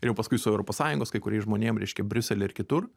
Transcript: ir jau paskui su europos sąjungos kai kuriais žmonėm reiškia briusely ir kitur